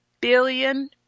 billion